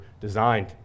designed